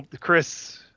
Chris